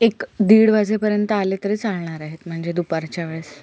एक दीड वाजेपर्यंत आले तरी चालणार आहेत म्हणजे दुपारच्या वेळेस